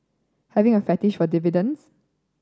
having a fetish for dividends